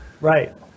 Right